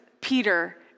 Peter